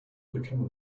become